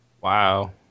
wow